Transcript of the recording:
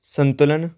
ਸੰਤੁਲਨ